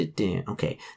Okay